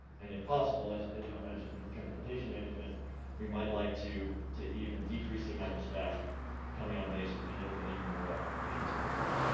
and, if possible, as as you all mentioned with transportation management we might like to to even decrease the amount of staff coming on base and and open even more up for patients and visitors.